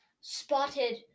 spotted